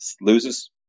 loses